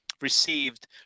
received